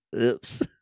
Oops